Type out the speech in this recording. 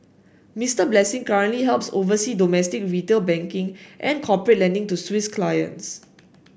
Mister Blessing currently helps oversee domestic retail banking and corporate lending to Swiss clients